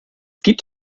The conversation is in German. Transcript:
gibt